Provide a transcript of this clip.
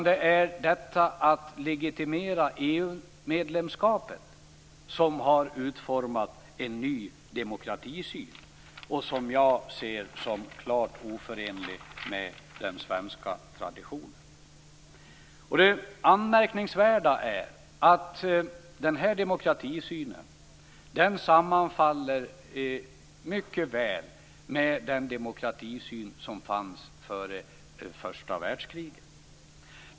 Det är i stället legitimeringen av EU medlemskapet som har format en ny demokratisyn, som jag ser som klart oförenlig med den svenska traditionen. Det anmärkningsvärda är att denna demokratisyn mycket väl sammanfaller med den demokratisyn som rådde före första världskriget.